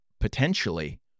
potentially